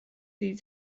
sie